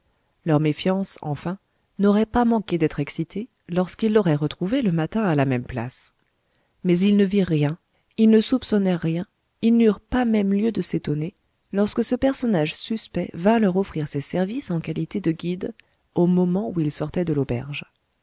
leur méfiance enfin n'aurait pas manqué d'être excitée lorsqu'ils l'auraient retrouvé le matin à la même place mais ils ne virent rien ils ne soupçonnèrent rien ils n'eurent pas même lieu de s'étonner lorsque ce personnage suspect vint leur offrir ses services en qualité de guide au moment où ils sortaient de l'auberge